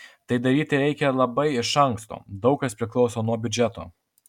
tai daryti reikia labai iš anksto daug kas priklauso nuo biudžeto